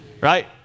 Right